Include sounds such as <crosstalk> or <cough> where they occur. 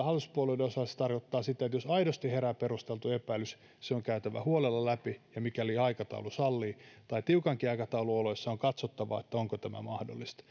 <unintelligible> hallituspuolueiden osalta se tarkoittaa sitä että jos aidosti herää perusteltu epäilys se on käytävä huolella läpi ja mikäli aikataulu sallii tai tiukankin aikataulun oloissa on katsottava onko tämä mahdollista <unintelligible>